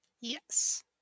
Yes